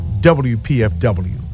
WPFW